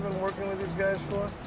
working with these guys for?